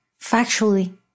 Factually